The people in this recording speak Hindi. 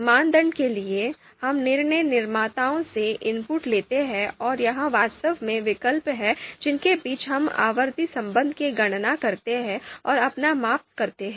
मानदंड के लिए हम निर्णय निर्माताओं से इनपुट लेते हैं और यह वास्तव में विकल्प हैं जिनके बीच हम आवर्ती संबंध की गणना करते हैं और अपना माप करते हैं